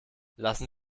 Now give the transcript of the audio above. lassen